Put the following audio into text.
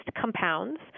compounds